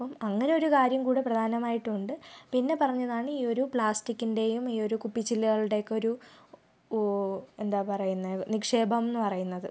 അപ്പം അങ്ങനെയൊരു കാര്യം കൂടെ പ്രധാനമായിട്ടും ഉണ്ട് പിന്നെ പറഞ്ഞതാണ് ഈ ഒരു പ്ലാസ്റ്റിക്കിൻ്റെയും ഈ ഒരു കുപ്പിച്ചില്ലുകളുടെ ഒക്കെ ഒരു എന്താണ് പറയുന്നത് നിക്ഷേപം എന്ന് പറയുന്നത്